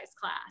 class